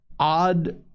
Odd